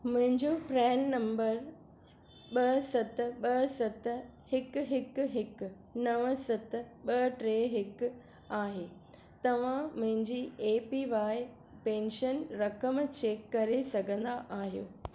मुंहिंजो PRAN number ॿ सत ॿ सत हिकु हिकु हिकु नव सत ॿ टे हिकु आहे तव्हां मुंहिंजी ए पी वाइ पेंशन रक़म चेक करे सघंदा आहियो